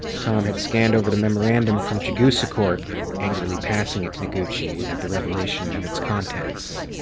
tom had scanned over the memorandum from chigusa corp, angrily passing it to noguchi at the revelation of its contents.